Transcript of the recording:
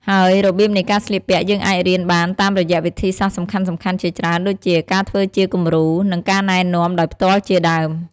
ហើយរបៀបនៃការស្លៀកពាក់យើងអាចរៀនបានតាមរយៈវិធីសាស្រ្តសំខាន់ៗជាច្រើនដូចជា ការធ្វើជាគំរូ និង ការណែនាំដោយផ្ទាល់ជាដើម។